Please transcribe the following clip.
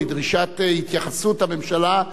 או לדרישת התייחסות הממשלה,